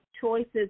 choices